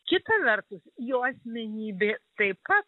kita vertus jo asmenybė taip pat